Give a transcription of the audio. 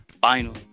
final